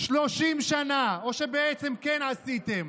30 שנה, או שבעצם כן עשיתם,